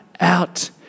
out